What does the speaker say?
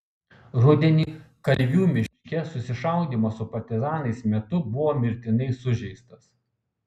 rudenį kalvių miške susišaudymo su partizanais metu buvo mirtinai sužeistas